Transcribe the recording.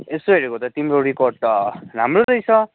यसो हेरेको त तिम्रो रिकोर्ड त राम्रो रहेछ